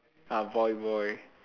uh voyboy